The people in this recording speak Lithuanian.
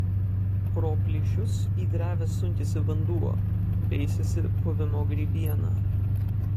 pro plyšius į drevę sunkiasi vanduo veisiasi puvimo grybiena